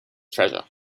treasure